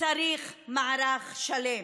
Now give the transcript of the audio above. צריך מערך שלם.